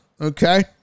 Okay